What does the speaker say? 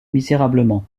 misérablement